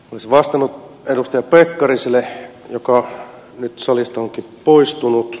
olisin vastannut edustaja pekkariselle joka nyt salista onkin poistunut